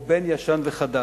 או בין ישן וחדש,